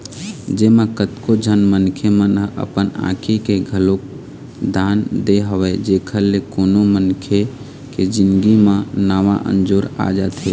जेमा कतको झन मनखे मन ह अपन आँखी के घलोक दान दे हवय जेखर ले कोनो मनखे के जिनगी म नवा अंजोर आ जाथे